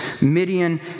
Midian